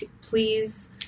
please